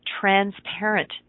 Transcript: transparent